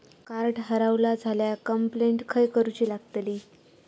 Card हरवला झाल्या complaint खय करूची लागतली?